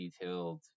detailed